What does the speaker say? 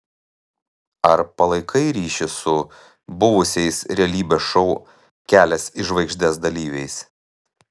ar palaikai ryšį su buvusiais realybės šou kelias į žvaigždes dalyviais